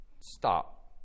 Stop